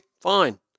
fine